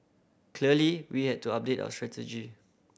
clearly we had to update our strategy